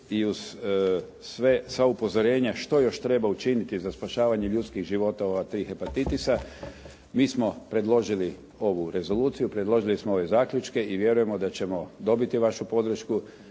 i uz sva upozorenja što još treba učiniti za spašavanje ljudskih života u ova tri hepatitisa mi smo predložili ovu rezoluciju, predložili smo ove zaključke i vjerujemo da ćemo dobiti vašu podršku